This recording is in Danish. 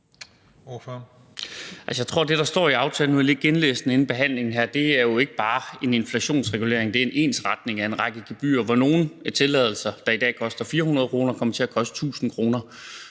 jeg tror ikke, at det, der står i aftalen – nu har jeg lige genlæst den inden behandlingen her – er, at det bare er en inflationsregulering; det er en ensretning af en række gebyrer, hvor nogle tilladelser, der i dag koster 400 kr., kommer til at koste 1.000 kr.,